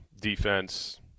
defense